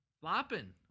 flopping